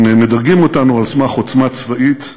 הם מדרגים אותנו על סמך עוצמה צבאית,